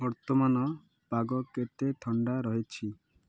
ବର୍ତ୍ତମାନ ପାଗ କେତେ ଥଣ୍ଡା ରହିଛି